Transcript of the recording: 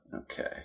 Okay